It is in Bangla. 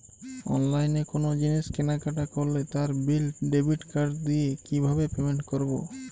অনলাইনে কোনো জিনিস কেনাকাটা করলে তার বিল ডেবিট কার্ড দিয়ে কিভাবে পেমেন্ট করবো?